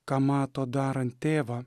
ką mato darant tėvą